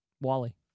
Wally